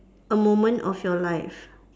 a moment of your life